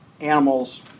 animals